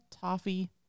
toffee